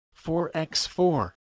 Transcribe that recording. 4x4